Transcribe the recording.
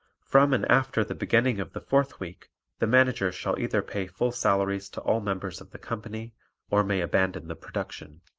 from and after the beginning of the fourth week the manager shall either pay full salaries to all members of the company or may abandon the production.